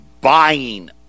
buying